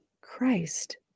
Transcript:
Christ